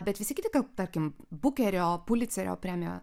bet visi kiti tarkim bukerio pulicerio premija